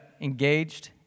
engaged